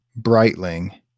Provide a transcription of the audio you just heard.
Breitling